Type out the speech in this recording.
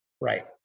Right